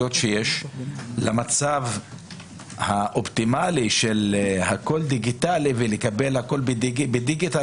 והבעיות שיש למצב האופטימאלי של הכול דיגיטלי ולקבל הכול בדיגיטל